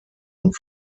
und